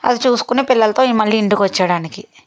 అది చూసుకుని పిల్లలతో మళ్ళీ ఇంటికి వచ్చేడానికి